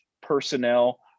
personnel